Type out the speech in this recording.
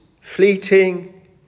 fleeting